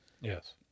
Yes